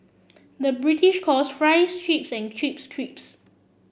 the British calls fries chips and chips crisps